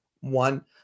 one